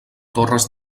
torres